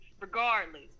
regardless